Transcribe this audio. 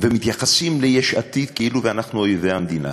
ומתייחסים ליש עתיד כאילו שאנחנו אויבי המדינה.